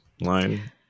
line